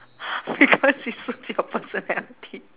because it suits your personality